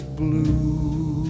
blue